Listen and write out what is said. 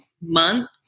month